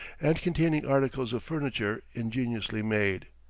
and containing articles of furniture ingeniously made.